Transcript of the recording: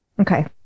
Okay